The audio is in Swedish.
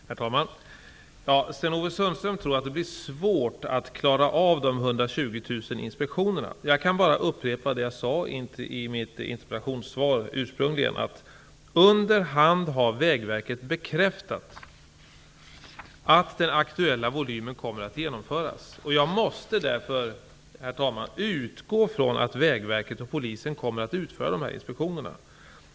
Herr talman! Sten-Ove Sundström tror att det blir svårt att klara av de 120 000 inspektionerna. Jag kan bara upprepa vad jag ursprungligen sade i mitt interpellationssvar: ''Under hand har Vägverket bekräftat att den aktuella volymen kommer attt genomföras.'' Jag måste därför, herr talman, utgå från att Vägverket och Polisen kommer att utföra dessa inspektioner.